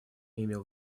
имел